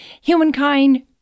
Humankind